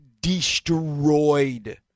destroyed